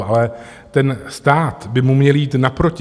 Ale ten stát by mu měl jít naproti.